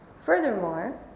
Furthermore